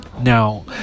Now